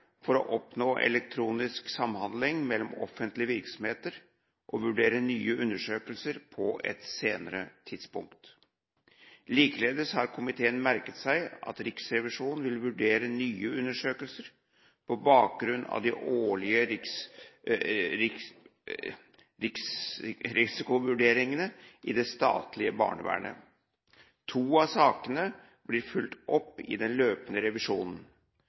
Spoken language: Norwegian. for å oppnå elektronisk samhandling mellom offentlige virksomheter og vurdere nye undersøkelser på et senere tidspunkt. Likeledes har komiteen merket seg at Riksrevisjonen vil vurdere nye undersøkelser på bakgrunn av de årlige risikovurderingene i det statlige barnevernet. To av sakene blir fulgt opp i den løpende revisjonen.